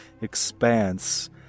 expanse